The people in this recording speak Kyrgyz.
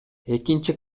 экинчи